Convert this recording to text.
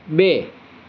બે